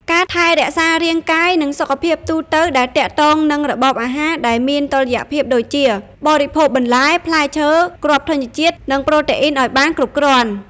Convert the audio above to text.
ការថែរក្សារាងកាយ និងសុខភាពទូទៅដែលទាក់ទងនឹងរបបអាហារដែលមានតុល្យភាពដូចជា បរិភោគបន្លែ ផ្លែឈើ គ្រាប់ធញ្ញជាតិ និងប្រូតេអុីនឱ្យបានគ្រប់គ្រាន់ ។